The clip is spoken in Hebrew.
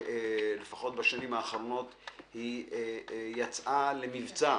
שלפחות בשנים האחרונות היא יצאה למבצע